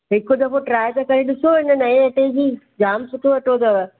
हिकु दफ़ो ट्राइ त करे ॾिसो हिन नए अटे जी जाम सुठो अटो अथव